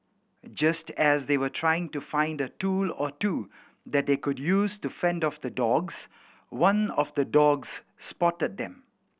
just as they were trying to find a tool or two that they could use to fend off the dogs one of the dogs spotted them